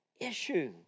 issue